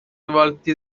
والت